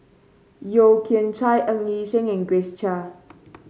Yeo Kian Chai Ng Yi Sheng and Grace Chia